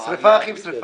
שריפה, אחים, שריפה.